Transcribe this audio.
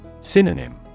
Synonym